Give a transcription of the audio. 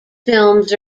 films